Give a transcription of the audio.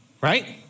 right